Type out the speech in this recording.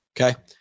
okay